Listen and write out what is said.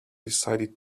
decided